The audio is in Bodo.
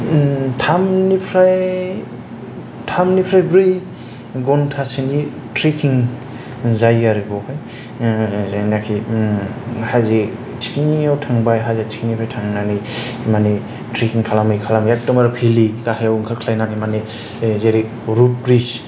थामनिफ्राय थामनिफ्राय ब्रै घन्टासोनि ट्रेक्किं जायो आरो बेयावहाय जायनाखि हाजो थिखिनिआव थांबाय हाजो थिखिनिनिफ्राय थांनानै माने ट्रेक्किं खालामै खालामै एखदमबारे भेलि गाहायाव ओंखारख्लाय नानै माने जेरै रुट ब्रिज